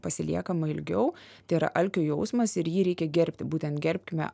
pasiliekama ilgiau tai yra alkio jausmas ir jį reikia gerbti būtent gerbkime